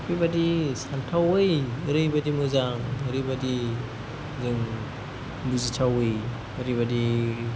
बेबायदि सानथावै ओरैबायदि मोजां ओरैबायदि जों बुजिथावै ओरैबायदि